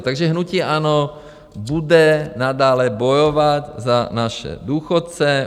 Takže hnutí ANO bude nadále bojovat za naše důchodce.